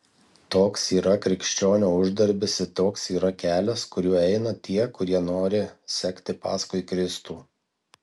toks yra krikščionio uždarbis ir toks yra kelias kuriuo eina tie kurie nori sekti paskui kristų